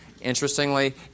Interestingly